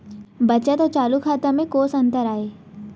बचत अऊ चालू खाता में कोस अंतर आय?